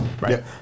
right